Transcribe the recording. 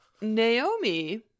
Naomi